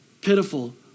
pitiful